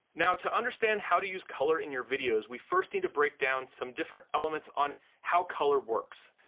now to understand how to use color in your videos, we first need to break down some different elements on how color works.